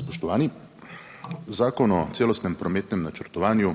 Spoštovani! Zakon o celostnem prometnem načrtovanju